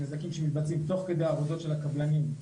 נזקים שמתבצעים תוך כדי העבודות של הקבלנים,